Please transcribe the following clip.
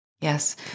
Yes